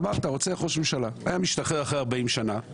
אמרת: רוצח ראש ממשלה היה משתחרר אחרי 40 שנה,